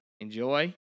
enjoy